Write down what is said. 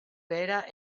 behera